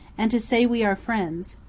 and to say we are friends,